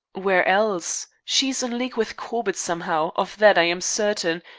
where else? she's in league with corbett, somehow, of that i am certain,